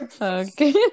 Okay